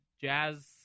jazz